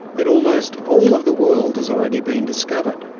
that almost all of the world has already been discovered,